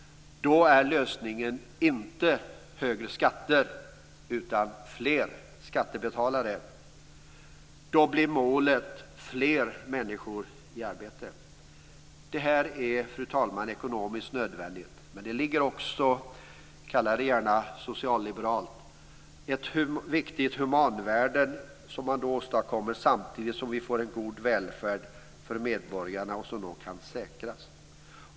Då är lösningen inte högre skatter utan fler skattebetalare. Då blir målet fler människor i arbete. Det här är, fru talman, ekonomiskt nödvändigt, men det innebär också - kalla gärna detta socialliberalt - att man uppnår viktiga humanvärden samtidigt som en god välfärd för medborgarna kan säkras.